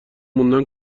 موندم